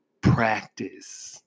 practice